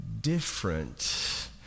different